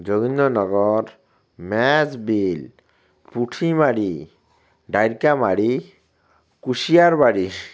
Jogindranagar Majbil Puthimari Darkamari Kushiarbari